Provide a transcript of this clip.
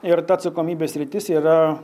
ir ta atsakomybės sritis yra